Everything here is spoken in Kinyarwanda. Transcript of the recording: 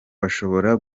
bashobora